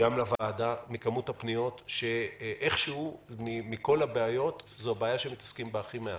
וגם לוועדה שאיכשהו מכול הבעיות זו הבעיה שמתעסקים בה הכי מעט,